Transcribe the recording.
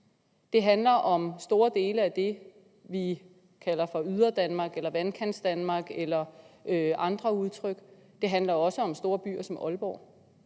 Det handler om store dele af det, vi kalder for Yderdanmark eller Vandkantsdanmark eller andre udtryk. Det handler også om storbyer som Aalborg.